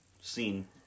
scene